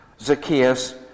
Zacchaeus